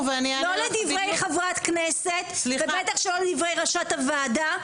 ואת לא תתפרצי לא לדברי חברת כנסת ובטח שלא לדברי ראשת הוועדה.